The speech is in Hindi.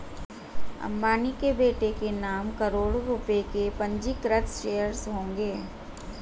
अंबानी के बेटे के नाम करोड़ों रुपए के पंजीकृत शेयर्स होंगे